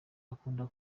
akunda